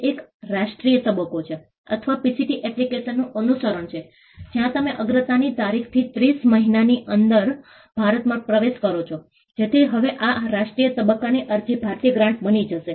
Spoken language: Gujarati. તે એક રાષ્ટ્રીય તબક્કો છે અથવા પીસીટી એપ્લિકેશનનું અનુસરણ છે જ્યાં તમે અગ્રતાની તારીખથી 30 મહિનાની અંદર ભારતમાં પ્રવેશ કરો છો જેથી હવે આ રાષ્ટ્રીય તબક્કાની અરજી ભારતીય ગ્રાન્ટ બની જશે